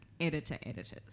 editor-editors